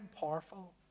powerful